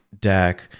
deck